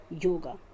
yoga